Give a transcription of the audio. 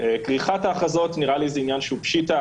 כריכת ההכרזות נראה לי זה עניין שהוא פשיטא.